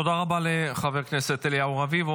תודה רבה לחבר הכנסת אליהו רביבו.